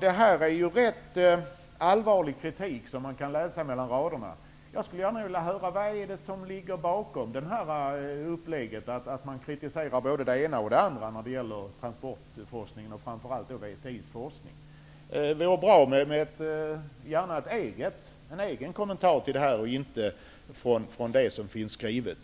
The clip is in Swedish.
Det är ju en rätt allvarlig kritik som man kan utläsa mellan raderna. Jag skulle gärna vilja höra vad det är som ligger bakom att man kritiserar både det ena och det andra när det gäller transportforskningen och framför allt VTI:s forskning. Det vore bra med en egen kommentar till det här, alltså inte något som finns skrivet.